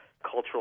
cultural